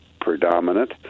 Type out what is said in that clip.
predominant